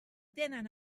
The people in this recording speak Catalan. tenen